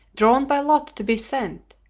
drawn by lot to be sent,